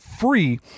free